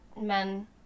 men